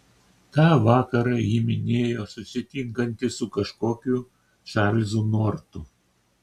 tą vakarą ji minėjo susitinkanti su kažkokiu čarlzu nortu